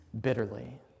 bitterly